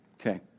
okay